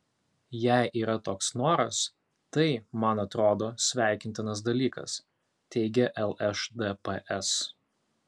jei yra toks noras tai man atrodo sveikintinas dalykas teigė lšdps